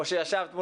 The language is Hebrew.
כן.